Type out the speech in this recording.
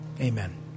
Amen